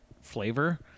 flavor